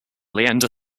leander